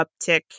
uptick